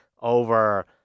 over